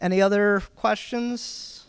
and the other question